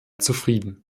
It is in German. zufrieden